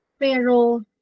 pero